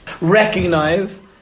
Recognize